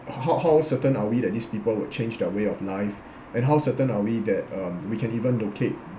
ho~ ho~ how certain are we that these people would change their way of life and how certain are we that um we can even locate